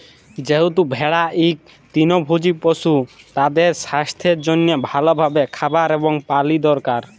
যেহেতু ভেড়া ইক তৃলভজী পশু, তাদের সাস্থের জনহে ভাল ভাবে খাবার এবং পালি দরকার